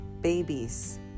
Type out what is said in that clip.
babies